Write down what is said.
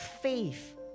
Faith